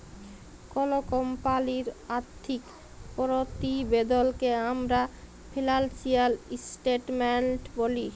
call কমপালির আথ্থিক পরতিবেদলকে আমরা ফিলালসিয়াল ইসটেটমেলট ব্যলি